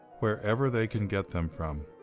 wherever they can get them from.